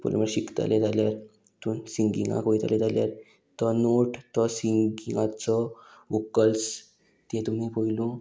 पयलीं म्हळ्यार शिकतलें जाल्यार तूं सिंगिंगाक वयतलें जाल्यार तो नोट तो सिंगिंगाचो वोकल्स ते तुमी पयलू